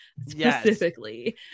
specifically